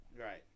Right